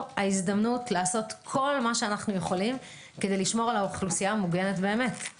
ההזדמנות לעשות כל שביכולתנו כדי לשמור על האוכלוסייה מוגנת באמת.